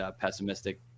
pessimistic